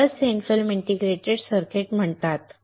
यालाच thin film integrated circuit म्हणतात